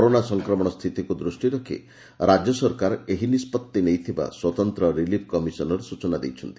corona ସଂକ୍ରମଣ ସ୍ସିତିକୁ ଦୃଷିରେ ରଖି ରାଜ୍ୟ ସରକାର ଏହି ନିଷ୍ବଭି ନେଇଥିବା ସ୍ୱତନ୍ତ ରିଲିଫ୍ କମିଶନର ସ୍ଚନା ଦେଇଛନ୍ତି